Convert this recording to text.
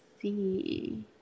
see